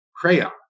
crayon